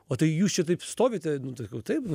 o tai jūs čia taip stovite nu sakau taip